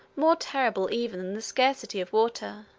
more terrible even than the scarcity of water.